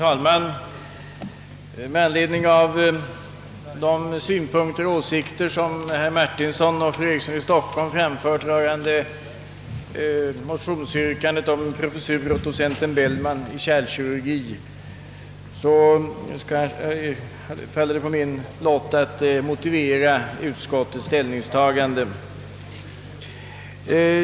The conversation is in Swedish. Herr talman! Efter de synpunkter och åsikter som herr Martinsson och fru Eriksson i Stockholm framfört rörande motionsyrkandet om en professur i kärlkirurgi åt docenten Bellman faller det på min lott att motivera utskottets ställningstagande.